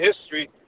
history